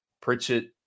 pritchett